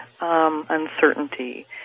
uncertainty